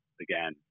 again